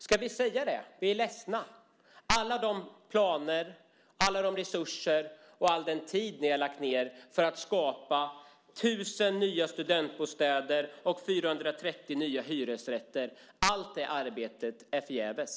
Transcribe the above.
Ska vi säga att vi är ledsna och att alla de planer, alla de resurser och all den tid de har lagt ned för att skapa 1 000 nya studentbostäder och 430 nya hyresrätter är förgäves?